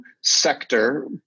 sector